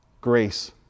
grace